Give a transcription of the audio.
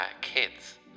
kids